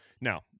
now